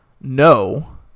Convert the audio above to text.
No